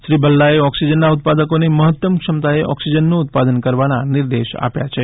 શ્રી ભલ્લાએ ઓક્સીજનના ઉત્પાદકોને મહત્તમ ક્ષમતાએ ઓક્સીજનનું ઉત્પાદન કરવાના નિર્દેશ આપ્યા છે